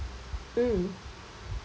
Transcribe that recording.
mm